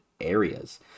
areas